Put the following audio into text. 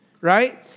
right